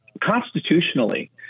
Constitutionally